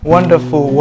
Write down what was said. wonderful